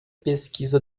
pesquisa